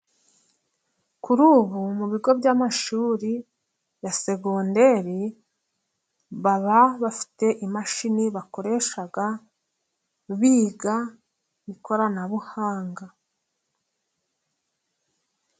kuri ubu, mu bigo by'amashuri ya segonderi, baba bafite imashini bakoresha biga ikoranabuhanga.